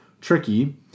tricky